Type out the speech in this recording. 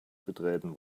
betreten